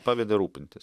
pavedė rūpintis